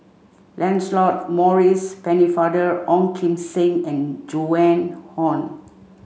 Lancelot Maurice Pennefather Ong Kim Seng and Joan Hon